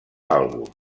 àlbum